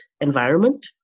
environment